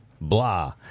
blah